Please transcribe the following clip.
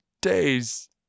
days